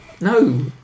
No